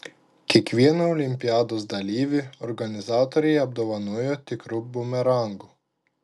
kiekvieną olimpiados dalyvį organizatoriai apdovanojo tikru bumerangu